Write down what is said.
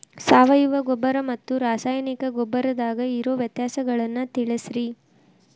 ಸಾವಯವ ಗೊಬ್ಬರ ಮತ್ತ ರಾಸಾಯನಿಕ ಗೊಬ್ಬರದಾಗ ಇರೋ ವ್ಯತ್ಯಾಸಗಳನ್ನ ತಿಳಸ್ರಿ